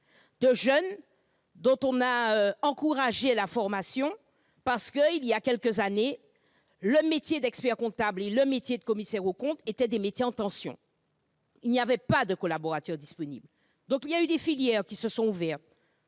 les jeunes dont on a encouragé la formation, car, il y a quelques années, le métier d'expert-comptable et celui de commissaire aux comptes étaient des métiers en tension : il n'y avait pas de collaborateur disponible. Des filières très professionnelles se sont ouvertes,